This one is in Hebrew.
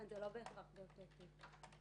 לכן זה לא בהכרח באותו תיק.